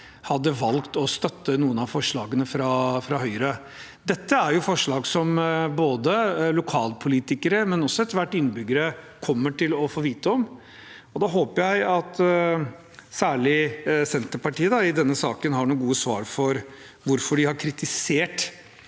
hadde valgt å støtte noen av forslagene fra Høyre. Dette er forslag som både lokalpolitikere og etter hvert innbyggere kommer til å få vite om. Da håper jeg at særlig Senterpartiet i denne saken har noen gode svar på hvorfor de har kritisert